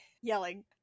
yelling